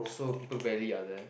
so people rarely are there